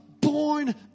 born